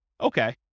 Okay